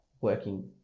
working